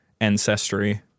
ancestry